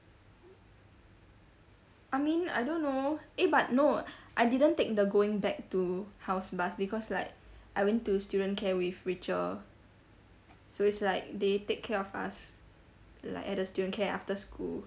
I mean I don't know eh but no I didn't take the going back to house bus because like I went to student care with rachel so it's like they take care of us like at the student care after school